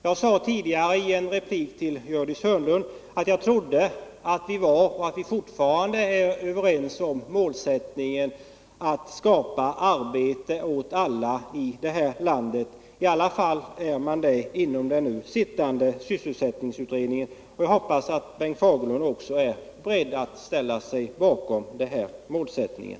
Jag sade tidigare i en replik till Gördis Hörnlund att jag trodde att vi fortfarande var överens om målsättningen att skapa arbete åt alla. I varje fall är man överens om det inom den nu sittande sysselsättningsutredningen, och jag hoppas att Bengt Fagerlund också är beredd att ställa sig bakom den målsättningen.